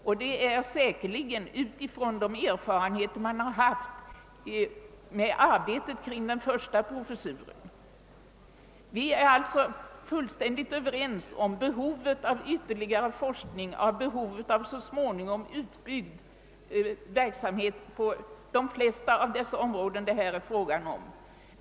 Denna beräkning är säkerligen gjord med utgångspunkt från erfarenheterna av arbetet kring den första professuren. Vi är alltså fullständigt överens om behovet av ytterligare forskning, om behovet av så småningom utbyggd verksamhet på de flesta av de områden det här är fråga om.